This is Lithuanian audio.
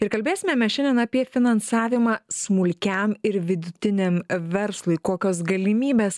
ir kalbėsime mes šiandien apie finansavimą smulkiam ir vidutiniam verslui kokios galimybės